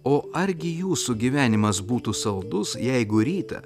o argi jūsų gyvenimas būtų saldus jeigu rytą